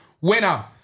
winner